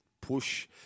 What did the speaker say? push